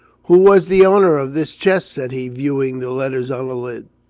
who was the owner of this chest? said he, viewing the letters on the lid.